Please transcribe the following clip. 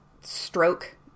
stroke